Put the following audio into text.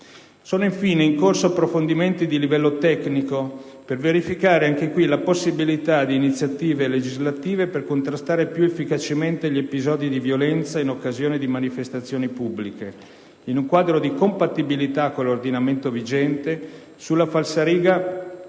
Sono infine in corso approfondimenti di livello tecnico per verificare, anche qui, la possibilità di iniziative legislative per contrastare più efficacemente gli episodi di violenza in occasione di manifestazioni pubbliche, in un quadro di compatibilità con l'ordinamento vigente, sulla falsariga